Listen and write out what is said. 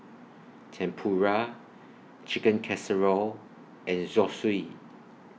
Tempura Chicken Casserole and Zosui